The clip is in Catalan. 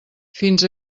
fins